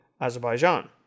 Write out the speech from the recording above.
Azerbaijan